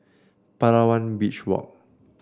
Palawan Beach Walk